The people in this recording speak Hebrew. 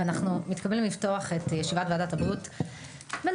אנחנו מתכבדים לפתוח את ישיבת ועדת הבריאות בנושא